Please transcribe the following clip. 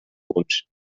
punts